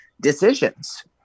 decisions